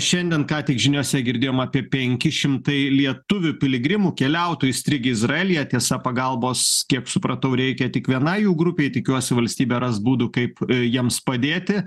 šiandien ką tik žiniose girdėjom apie penki šimtai lietuvių piligrimų keliautojų įstrigę izraelyje tiesa pagalbos kiek supratau reikia tik vienai jų grupei tikiuosi valstybė ras būdų kaip jiems padėti